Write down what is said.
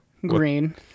Green